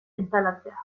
instalatzea